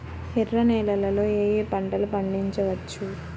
ఎర్ర నేలలలో ఏయే పంటలు పండించవచ్చు?